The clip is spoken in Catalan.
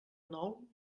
nou